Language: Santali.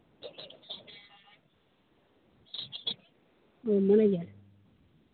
ᱤᱱᱟᱹᱜᱮ